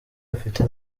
afite